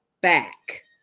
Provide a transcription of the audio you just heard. back